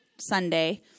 Sunday